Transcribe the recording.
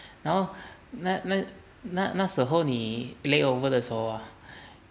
然后那那那时侯你 layover 的时候 ah